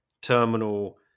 terminal